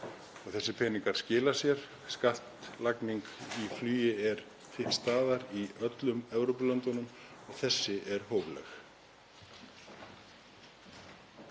Þessir peningar skila sér. Skattlagning í flugi er til staðar í öllum Evrópulöndum og þessi er hófleg.